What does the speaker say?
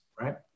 right